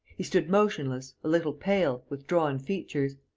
he stood motionless, a little pale, with drawn features.